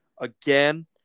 again